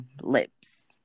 lips